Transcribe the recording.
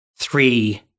three